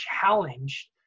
challenged